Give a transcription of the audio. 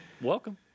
welcome